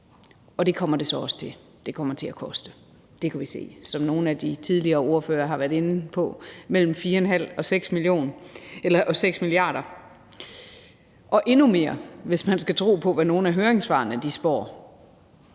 Og det kommer det så også til. Det kommer til at koste, kan vi se, det, som nogle af de tidligere ordførere har været inde på: mellem 4,5 og 6 mia. kr., og endnu mere, hvis man skal tro på, hvad nogle af høringssvarene spår.